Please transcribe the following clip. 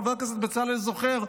חבר הכנסת בצלאל זוכר,